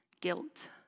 guilt